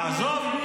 עזוב.